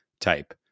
type